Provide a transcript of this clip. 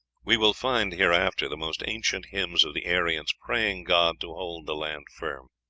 we will find hereafter the most ancient hymns of the aryans praying god to hold the land firm.